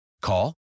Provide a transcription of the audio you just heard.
Call